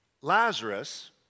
Lazarus